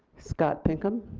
scott pinkham.